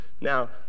Now